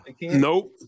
nope